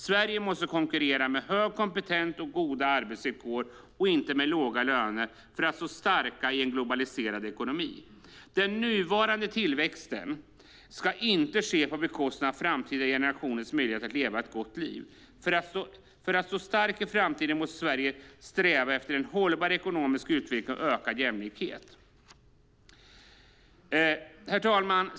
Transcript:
Sverige måste konkurrera med hög kompetens och goda arbetsvillkor och inte med låga löner för att stå starkt i en globaliserad ekonomi. Den nuvarande tillväxten ska inte ske på bekostnad av framtida generationers möjligheter att leva ett gott liv. För att stå starkt i framtiden måste Sverige sträva efter en hållbar ekonomisk utveckling och ökad jämlikhet. Herr talman!